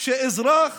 שאזרח